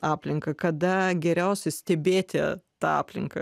aplinka kada geriausia stebėti aplinką